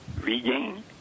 Regain